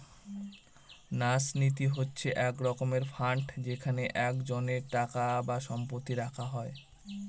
ন্যাস নীতি হচ্ছে এক রকমের ফান্ড যেখানে একজনের টাকা বা সম্পত্তি রাখা হয়